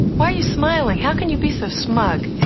why are you smiling? how can you be so smug,